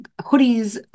hoodies